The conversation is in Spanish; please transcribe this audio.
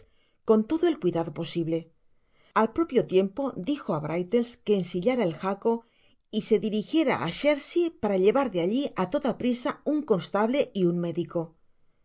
con todo el cuidado posible al propio tiempo dijo á brittles que ensillára el jaco y ss dirijiera á chertsey para llevar de alli á toda prisa un constable y un médico